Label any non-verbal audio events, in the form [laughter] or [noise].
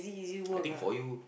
[noise] I think for you